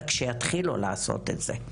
רק שיתחילו לעשות את זה.